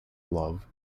love